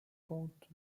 pentes